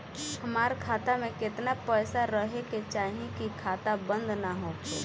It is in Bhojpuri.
हमार खाता मे केतना पैसा रहे के चाहीं की खाता बंद ना होखे?